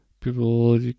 people